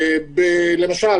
למשל,